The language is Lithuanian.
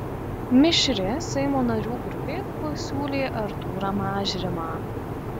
mišri seimo narių grupė pasiūlė artūrą mažrimą